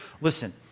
Listen